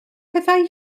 pethau